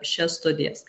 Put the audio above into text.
šias studijas